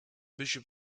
bishop